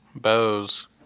Bose